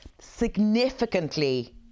significantly